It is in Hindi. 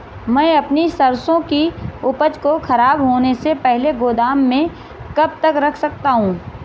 मैं अपनी सरसों की उपज को खराब होने से पहले गोदाम में कब तक रख सकता हूँ?